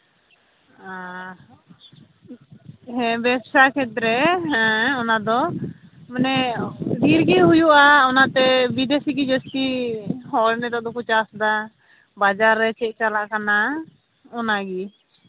ᱟᱨ ᱦᱮᱸ ᱵᱮᱵᱽᱥᱟ ᱠᱷᱮᱛᱛᱨᱮ ᱦᱮᱸ ᱚᱱᱟᱫᱚ ᱢᱟᱱᱮ ᱰᱷᱮᱨ ᱜᱮ ᱦᱩᱭᱩᱜᱼᱟ ᱚᱱᱟᱛᱮ ᱵᱤᱫᱮᱥᱤ ᱜᱮ ᱡᱟᱹᱥᱛᱤ ᱦᱚᱲ ᱱᱮᱛᱟᱨ ᱫᱚᱠᱚ ᱪᱟᱥᱫᱟ ᱵᱟᱡᱟᱨ ᱨᱮ ᱪᱮᱫ ᱪᱟᱞᱟᱜ ᱠᱟᱱᱟ ᱚᱱᱟᱜᱮ